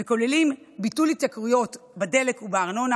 והם כוללים ביטול התייקרויות בדלק ובארנונה,